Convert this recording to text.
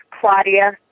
Claudia